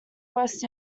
west